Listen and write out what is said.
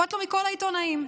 אכפת לו מכל העיתונאים,